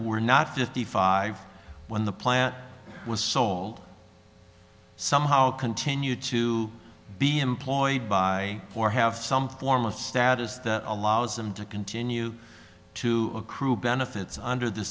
were not fifty five when the plan was sold somehow continue to be employed by four have some form of status that allows them to continue to accrue benefits under the